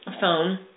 phone